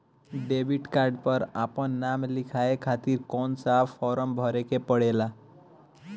Debit card पर आपन नाम लिखाये खातिर कौन सा फारम भरे के पड़ेला?